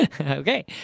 Okay